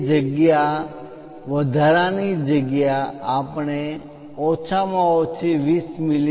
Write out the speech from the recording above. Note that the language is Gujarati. તે જગ્યા વધારાની જગ્યા આપણે ઓછામાં ઓછી 20 મી